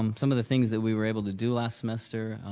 um some of the things that we were able to do last semester,